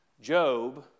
Job